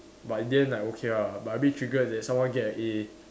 but in the end like okay lah but a bit triggered that someone get an A